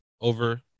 Over